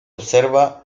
observa